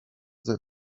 that